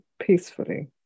peacefully